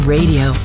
Radio